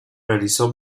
realizó